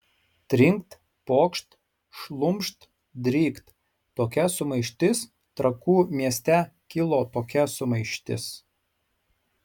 trinkt pokšt šlumšt drykt tokia sumaištis trakų mieste kilo tokia sumaištis